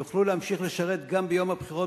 הם יוכלו להמשיך לשרת גם ביום הבחירות